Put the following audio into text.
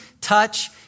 touch